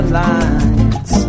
lines